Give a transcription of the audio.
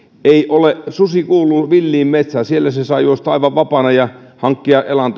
susi kuuluu villiin metsään siellä se saa juosta aivan vapaana ja hankkia